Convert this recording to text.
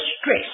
stress